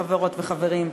חברות וחברים.